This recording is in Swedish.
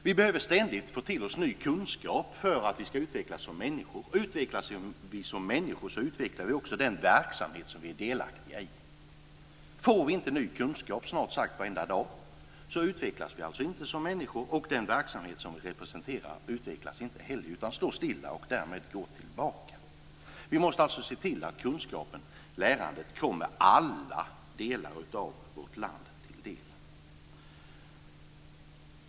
Vi behöver ständigt få till oss ny kunskap för att vi ska utvecklas som människor. Utvecklas vi som människor så utvecklar vi också den verksamhet som vi är delaktiga i. Får vi inte ny kunskap snart sagt varenda dag så utvecklas vi inte som människor, och den verksamhet som vi representerar utvecklas inte heller utan står stilla och går därmed tillbaka. Vi måste alltså se till att kunskapen och lärandet kommer alla delar av vårt land till del.